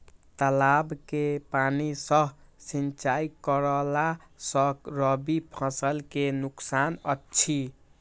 तालाब के पानी सँ सिंचाई करला स रबि फसल के नुकसान अछि?